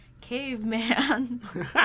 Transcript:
caveman